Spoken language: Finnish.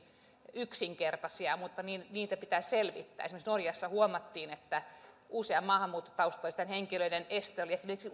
yksinkertaisia mutta niitä pitää selvittää esimerkiksi norjassa huomattiin että useiden maahanmuuttotaustaisten henkilöiden este oli esimerkiksi